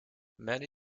many